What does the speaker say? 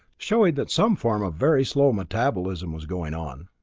showing that some form of very slow metabolism was going on.